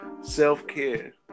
self-care